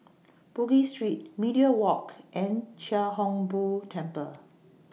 Bugis Street Media Walk and Chia Hung Boo Temple